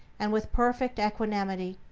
and with perfect equanimity,